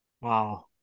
Wow